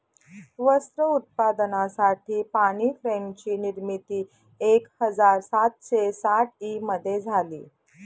वस्त्र उत्पादनासाठी पाणी फ्रेम ची निर्मिती एक हजार सातशे साठ ई मध्ये झाली